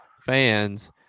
fans